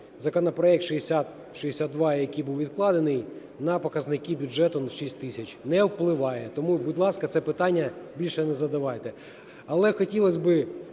законопроект 6062, який був відкладений. На показники бюджету в 6000 не впливає. Тому, будь ласка, це питання більше не задавайте. Але хотілось би